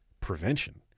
prevention